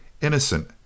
innocent